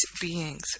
beings